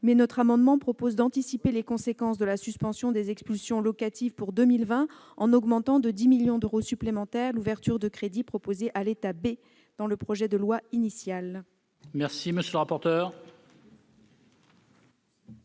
Notre amendement vise à anticiper les conséquences de la suspension des expulsions locatives pour 2020 en augmentant de 10 millions d'euros supplémentaires l'ouverture de crédits proposée à l'état B dans le projet de loi de finances initiale.